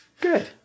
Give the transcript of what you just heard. Good